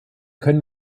können